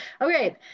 Okay